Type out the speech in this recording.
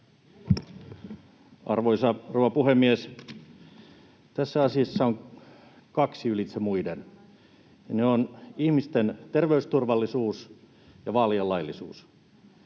rouva puhemies! Tässä asiassa on kaksi ylitse muiden, ja ne ovat ihmisten terveysturvallisuus ja vaalien laillisuus.